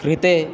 कृते